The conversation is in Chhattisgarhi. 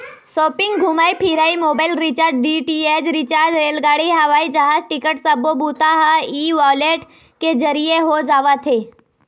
सॉपिंग, घूमई फिरई, मोबाईल रिचार्ज, डी.टी.एच रिचार्ज, रेलगाड़ी, हवई जहाज टिकट सब्बो बूता ह ई वॉलेट के जरिए हो जावत हे